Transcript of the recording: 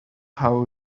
how